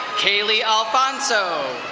kaylee alfonso.